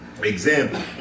Example